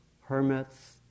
hermits